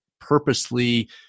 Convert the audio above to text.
purposely